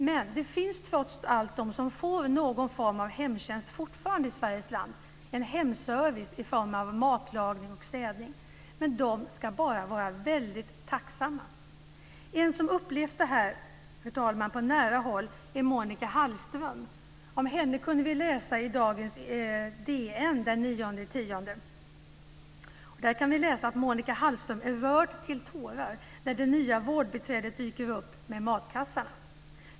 Men det finns trots allt de som fortfarande får någon form av hemtjänst i Sveriges land, en hemservice i form av matlagning och städning. Men de ska bara vara väldigt tacksamma. En som upplevt det här, fru talman, på nära håll är Monica Hallström. Om henne kan vi läsa i Dagens Nyheter den 9 oktober. Där kan vi läsa att Monica Hallström är rörd till tårar när det nya vårdbiträdet dyker upp med matkassarna.